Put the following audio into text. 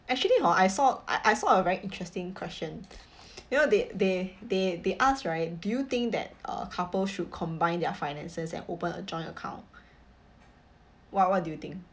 actually hor I saw I I saw a very interesting question you know they they they they ask right do you think that uh couple should combine their finances and open a joint account what what do you think